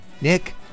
Nick